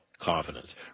confidence